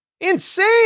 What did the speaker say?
insane